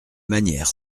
manières